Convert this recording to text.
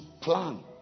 plan